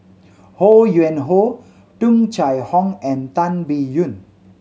Ho Yuen Hoe Tung Chye Hong and Tan Biyun